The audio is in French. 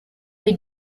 des